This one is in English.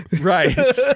Right